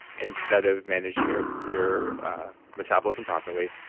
instead of managing your your metabolism properly,